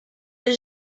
est